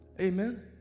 Amen